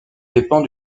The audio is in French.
dépend